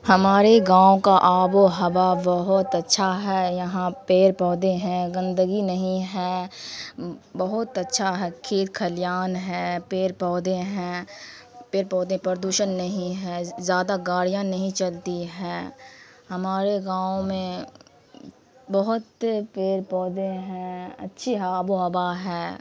ہمارے گاؤں کا آب و ہوا بہت اچھا ہے یہاں پیڑ پودے ہیں گندگی نہیں ہیں بہت اچھا ہے کھیت کھلیان ہے پیڑ پودے ہیں پیڑ پودے پردوشن نہیں ہے زیادہ گاڑیاں نہیں چلتی ہیں ہمارے گاؤں میں بہت پیڑ پودے ہیں اچھی آب و ہوا ہے